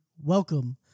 Welcome